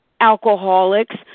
Alcoholics